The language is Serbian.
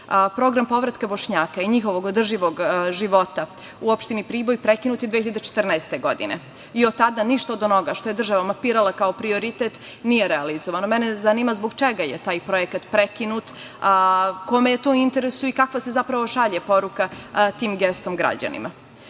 veka. Program povratka Bošnjaka i njihovog održivog života u opštini Priboj prekinut je 2014. godine i od tada ništa od onoga što je država mapirala kao prioritet nije realizovano. Mene zanima zbog čega je taj projekat prekinut, kome je to u interesu i kakva se zapravo šalje poruka tim gestom građanima? Problem